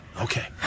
Okay